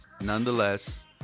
nonetheless